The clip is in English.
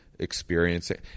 experiencing